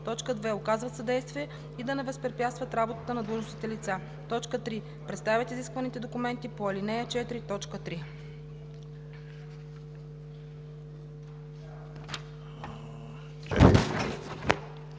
роза; 2. оказват съдействие и да не възпрепятстват работата на длъжностните лица; 3. предоставят изисканите документи по ал. 4,